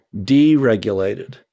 deregulated